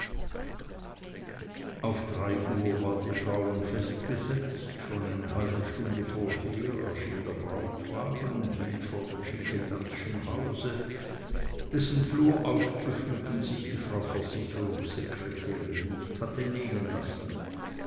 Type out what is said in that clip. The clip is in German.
auf drei uhr war die trauung festgesetzt schon eine halbe stunde vorher erschien der brautwagen und hielt vor dem schickedanzschen hause dessen flur auszuschmücken sich die frau versicherungssekretärin nicht hatte nehmen lassen